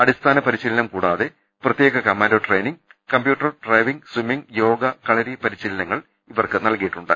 അടിസ്ഥാന പരിശീലനം കൂടാതെ പ്രത്യേക commando training computer driving swimming yoga kalari പരിശീലനവും ഇവർക്ക് നൽകിയിട്ടുണ്ട്